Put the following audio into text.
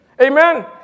Amen